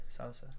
Salsa